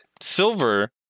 silver